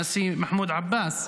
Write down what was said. הנשיא מחמוד עבאס,